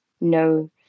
no